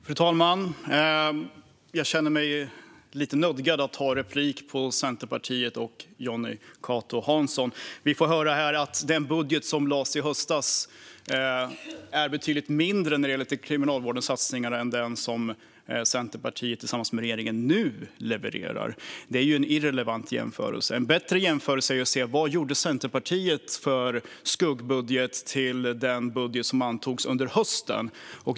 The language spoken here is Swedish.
Fru talman! Jag känner mig lite nödgad att ta replik på Centerpartiet och Jonny Cato Hansson. Vi får här höra att satsningarna på Kriminalvården i den budget som lades fram i höstas är betydligt mindre än de som Centerpartiet och Liberalerna tillsammans med regeringen nu levererar. Det är en irrelevant jämförelse. En bättre jämförelse är vad Centerpartiet gjorde för skuggbudget till den budget som antogs under hösten.